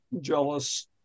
jealous